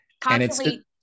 Constantly